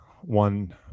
one